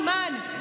אימאן?